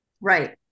Right